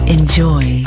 Enjoy